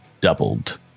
doubled